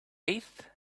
eighth